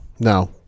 No